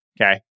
okay